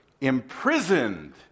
imprisoned